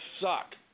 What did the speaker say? suck